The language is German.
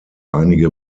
einige